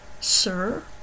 Sir